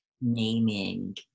naming